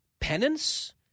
penance